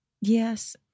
Yes